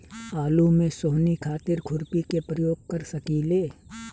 आलू में सोहनी खातिर खुरपी के प्रयोग कर सकीले?